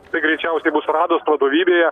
tai greičiausiai bus rados vadovybėje